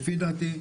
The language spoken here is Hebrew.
דעתי,